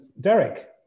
Derek